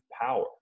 power